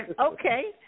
Okay